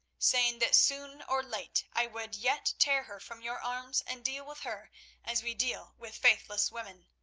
saying that soon or late i would yet tear her from your arms and deal with her as we deal with faithless women.